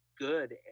good